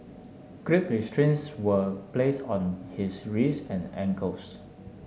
Grip restraints were placed on his wrists and ankles